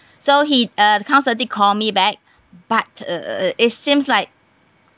so he uh town council called me back but uh it seems like